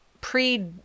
pre